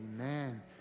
amen